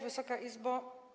Wysoka Izbo!